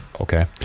Okay